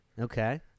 Okay